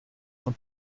von